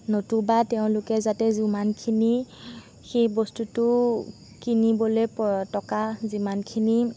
নতুবা তেওঁলোকে যাতে যিমানখিনি সেই বস্তুটো কিনিবলৈ প টকা যিমানখিনি